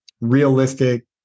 Realistic